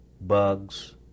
bugs